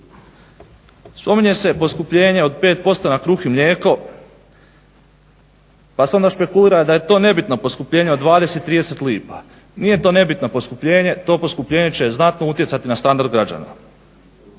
Spominje se poskupljenje od 5% na kruh i mlijeko, pa se onda špekulira da je to nebitno poskupljenje od 20, 30 lipa. Nije to nebitno poskupljenje. To poskupljenje će znatno utjecati na standard građana.